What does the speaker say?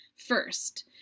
First